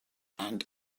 and